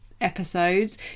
episodes